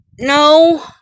No